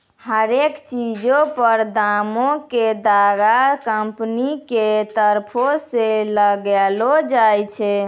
हरेक चीजो पर दामो के तागा कंपनी के तरफो से लगैलो जाय छै